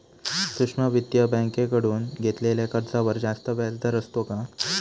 सूक्ष्म वित्तीय बँकेकडून घेतलेल्या कर्जावर जास्त व्याजदर असतो का?